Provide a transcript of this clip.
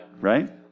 right